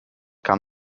kam